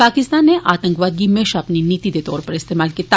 पाकिस्तान नै आंतकवाद गी म्हेषां अपनी नीति दे तौर उप्पर इस्तेमाल कीता